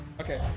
Okay